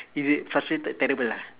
if it's frustrated terrible ah